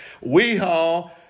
We-Haul